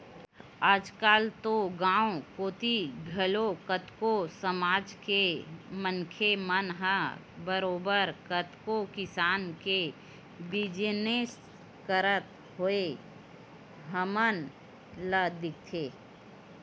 आजकल तो गाँव कोती घलो कतको समाज के मनखे मन ह बरोबर कतको किसम के बिजनस करत होय हमन ल दिखथे